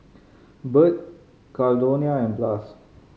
Burt Caldonia and Blas